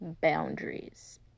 boundaries